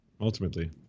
Ultimately